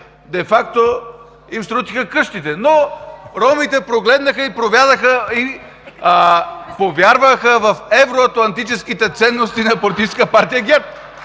де факто им срутиха къщите, но ромите прогледнаха и повярваха в евроатлантическите ценности на Политическа партия ГЕРБ.